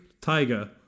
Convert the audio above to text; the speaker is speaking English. tiger